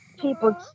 People